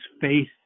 faith